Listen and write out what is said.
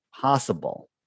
possible